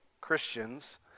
Christians